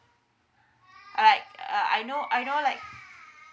alright uh I know I know like